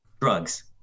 drugs